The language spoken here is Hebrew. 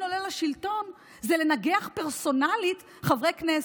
עולה לשלטון זה לנגח פרסונלית חברי כנסת.